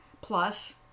plus